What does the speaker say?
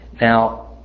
now